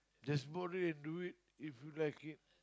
there's board it and do it if you like it